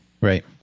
Right